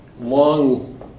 long